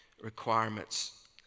requirements